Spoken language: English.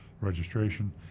registration